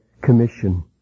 commission